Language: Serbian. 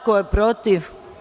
Ko je protiv?